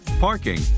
Parking